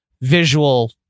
visual